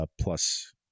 plus